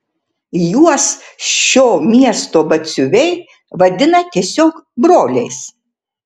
juos šio miesto batsiuviai vadina tiesiog broliais